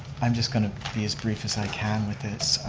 i'm just going to be as brief as i can with this.